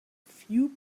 few